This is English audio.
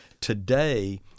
today